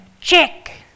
check